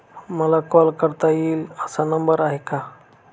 मला कॉल करता येईल असा नंबर आहे का?